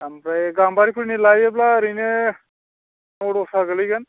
आमफ्राय गाम्बारिफोरनि लायोब्ला ओरैनो नौ दसआ गोलैगोन